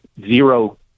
zero